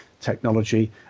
technology